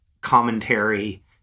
commentary